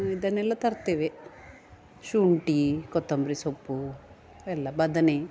ಇದನ್ನೆಲ್ಲ ತರ್ತೇವೆ ಶುಂಠಿ ಕೊತ್ತಂಬರಿ ಸೊಪ್ಪು ಎಲ್ಲ ಬದನೆ